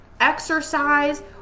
exercise